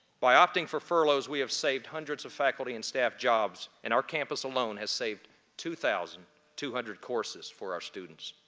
by opting for furloughs, we have saved hundreds of faculty and staff jobs, and our campus alone has saved two thousand two hundred courses for our students.